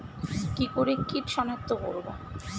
কি করে কিট শনাক্ত করব?